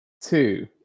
two